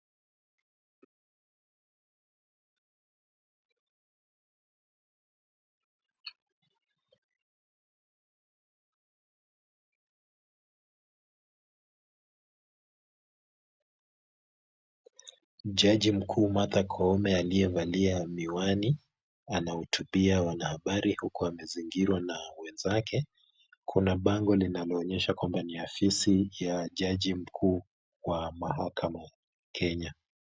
Jaji mkuu Martha Koome aliyevalia miwani anahutubia wanahabari huku amezingirwa na wenzake. Kuna bango linaloonyesha kwamba ni afisi ya jaji mkuu wa mahakama Kenya.